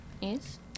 Yes